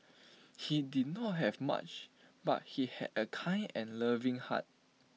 he did not have much but he had A kind and loving heart